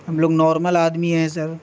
ہم لوگ نارمل آدمی ہیں سر